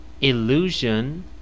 Illusion